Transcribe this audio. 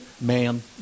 man